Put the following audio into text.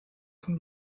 von